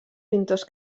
pintors